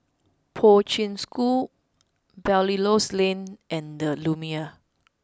Poi Ching School Belilios Lane and the Lumiere